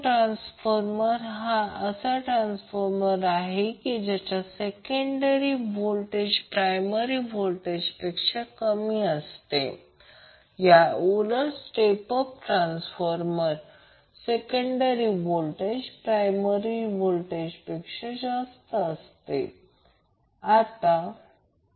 पहा पूर्वी मी हे समजावून सांगितले आहे जेव्हा मी सुचवितो जेव्हा जेव्हा मी व्हिडिओ व्याख्यानातून जातो तेव्हा प्रथम त्या आकृती काढा आणि त्यानंतर त्या व्हिडिओ व्याख्यानातून जा मग ते नोटबुकवर बनवणे सोपे होईल